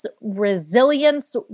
resilience